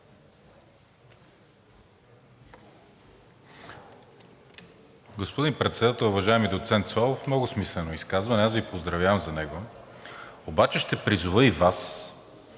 Господин Председател, уважаеми доцент Славов, много смислено изказване. Аз Ви поздравявам за него, обаче ще призова и Вас,